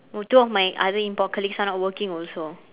two of my other import colleagues are not working also